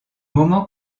moment